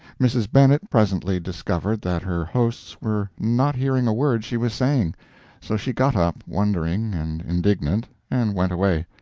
mrs. bennett presently discovered that her hosts were not hearing a word she was saying so she got up, wondering and indignant, and went away.